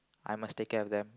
I must take care of them